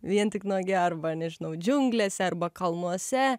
vien tik nuogi arba nežinau džiunglėse arba kalnuose